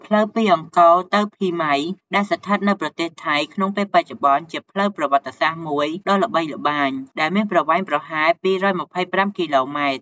ផ្លូវពីអង្គរទៅភីម៉ៃ ដែលស្ថិតនៅប្រទេសថៃក្នុងពេលបច្ចុប្បន្ន ជាផ្លូវប្រវត្តិសាស្រ្តមួយដ៏ល្បីល្បាញ ដែលមានប្រវែងប្រហែល ២២៥ គីឡូម៉ែត្រ។